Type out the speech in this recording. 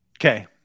Okay